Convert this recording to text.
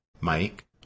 Mike